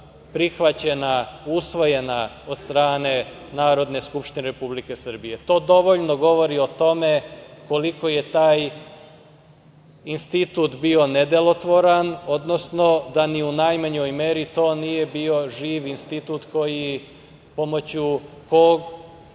prihvaćena i usvojena od strane Narodne skupštine Republike Srbije. To dovoljno govori o tome koliko je taj institut bio nedelotvoran, odnosno da ni u najmanjoj meri to nije bio živ institut pomoću kog